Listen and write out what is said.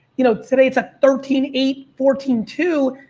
you know, today it's a thirteen eight, fourteen two,